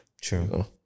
True